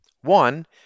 One